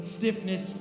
stiffness